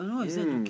mm